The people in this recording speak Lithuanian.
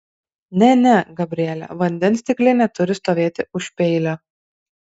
ne ne gabriele vandens stiklinė turi stovėti už peilio